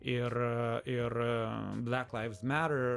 ir ir bra klaidžioti mero